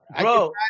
Bro